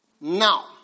now